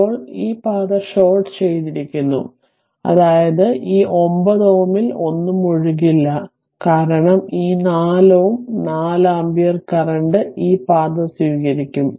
ഇപ്പോൾ ഈ പാത ഷോർട്ട് ചെയ്തിരിക്കുന്നു അതായത് ഈ 9 Ω ൽ ഒന്നും ഒഴുകില്ല കാരണം ഈ 4 Ω 4 ആമ്പിയർ കറന്റ് ഈ പാത സ്വീകരിക്കും